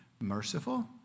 merciful